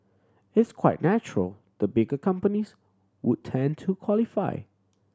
it's quite natural the bigger companies would tend to qualify